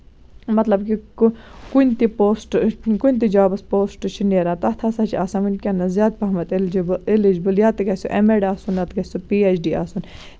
مطلب یہِ کُن کُنہِ تہِ پوسٹہٕ کُنہِ تہِ جابَس پوسٹہٕ چھِ نیران تَتھ ہسا چھِ آسان ؤنکیٚنَس زیادٕ پَہم اِلجِبُل اِلِجِبُل یا تہِ گژھِ ایم ایٚڈ آسُن نتہٕ گژھِ پی ایچ ڈی آسُن